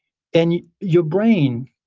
and your brain